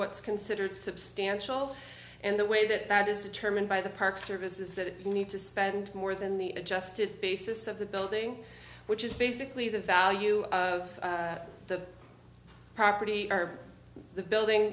what's considered substantial and the way that that is determined by the park service is that it will need to spend more than the adjusted basis of the building which is basically the value of the property or the building